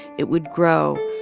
it would grow,